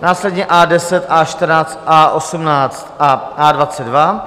Následně A10, A14, A18 a A22.